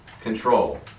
control